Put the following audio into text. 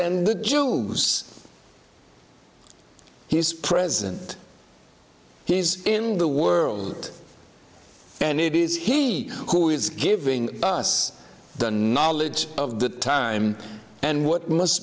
the jews he was present he's in the world and it is he who is giving us the knowledge of the time and what must